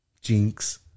Jinx